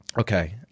Okay